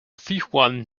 sichuan